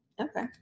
Okay